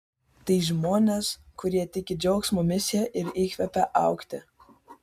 tai žmonės kurie tiki džiaugsmo misija ir įkvepia augti